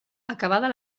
acabada